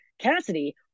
Cassidy